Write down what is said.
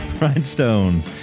Rhinestone